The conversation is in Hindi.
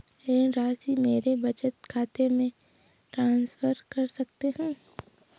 ऋण राशि मेरे बचत खाते में ट्रांसफर कर सकते हैं?